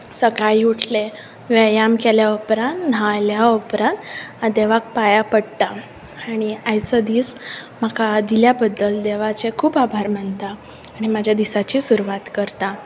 सकाळीं उटलें व्यायाम केल्या उपरांत न्हाल्यां उपरांत देवाक पांयां पडटा आनी आयचो दीस म्हाका दिल्या बद्दल देवाचे खूब आभार मानतात आनी म्हाज्या दिसांची सुरवात करता